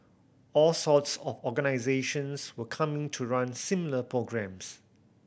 all sorts of organisations were coming to run similar programmes